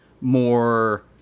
more